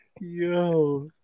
Yo